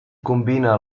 combina